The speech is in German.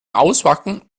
auspacken